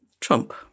Trump